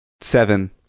Seven